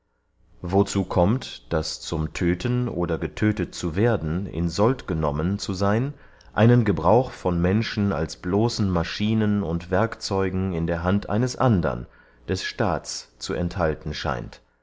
wozu kommt daß zum tödten oder getödtet zu werden in sold genommen zu seyn einen gebrauch von menschen als bloßen maschinen und werkzeugen in der hand eines andern des staats zu enthalten scheint